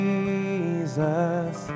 Jesus